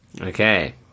Okay